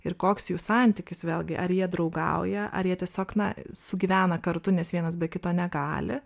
ir koks jų santykis vėlgi ar jie draugauja ar jie tiesiog na sugyvena kartu nes vienas be kito negali